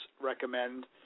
recommend